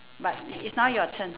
but it's now your turn